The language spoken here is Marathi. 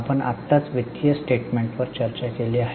आपण आत्ताच वित्तीय स्टेटमेंटवर चर्चा केली आहे